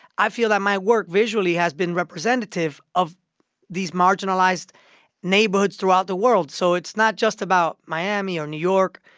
i feel that my work visually has been representative of these marginalized neighborhoods throughout the world. so it's not just about miami or new york,